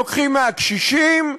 לוקחים מהקשישים?